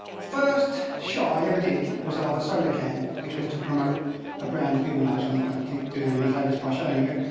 first shot i ever did was of a soda can, which was to promote a brand that we all know, so i'm not going to do them any favors by showing you it.